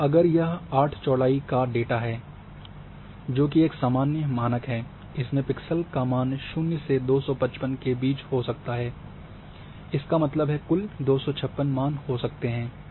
तो अगर यह 8 चौड़ाई का डेटा है जोकि एक सामान्य मानक है इसमें पिक्सेल का मान 0 से 255 के बीच हो सकता हैं इसका मतलब है कुल 256 मान हो सकते हैं